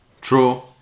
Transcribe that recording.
True